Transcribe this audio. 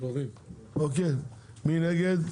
מי נגד?